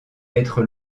être